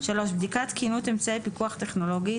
בדיקת תקינות אמצעי פיקוח טכנולוגי,